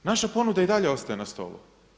Naša ponuda i dalje ostaje na stolu.